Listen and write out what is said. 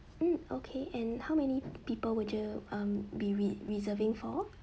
hmm okay and how many people would you um be re~ reserving for